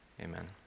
Amen